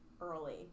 early